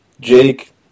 Jake